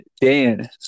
Dan